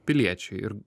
piliečiai ir